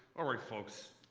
all right folks